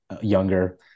younger